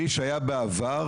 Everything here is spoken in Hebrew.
כלי שהיה בעבר,